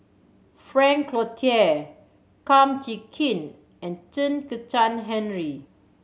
Frank Cloutier Kum Chee Kin and Chen Kezhan Henri